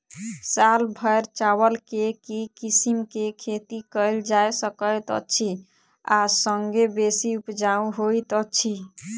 साल भैर चावल केँ के किसिम केँ खेती कैल जाय सकैत अछि आ संगे बेसी उपजाउ होइत अछि?